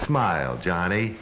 smile johnny